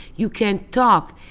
you can't talk.